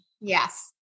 Yes